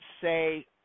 say